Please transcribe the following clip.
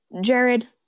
Jared